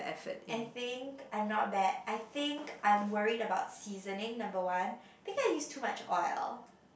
I think I'm not bad I think I'm worried about seasoning number one think I use too much oil